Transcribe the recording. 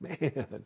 Man